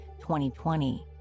2020